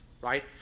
right